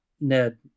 Ned